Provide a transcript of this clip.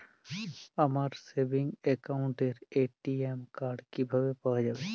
আমার সেভিংস অ্যাকাউন্টের ATM card কিভাবে পাওয়া যাবে?